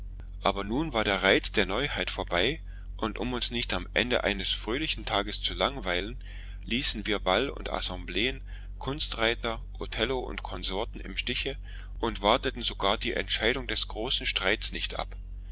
aber nun war der reiz der neuheit vorbei und ums uns nicht am ende eines fröhlichen tages zu langweilen ließen wir ball und assembleen kunstreiter othello und konsorten im stiche und warteten sogar die entscheidung des großen streits nicht ab